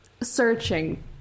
searching